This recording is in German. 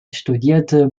studierte